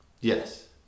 Yes